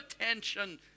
attention